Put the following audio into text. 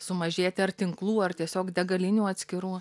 sumažėti ar tinklų ar tiesiog degalinių atskirų